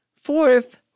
Fourth